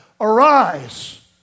Arise